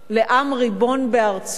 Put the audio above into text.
לעם ריבון בארצו,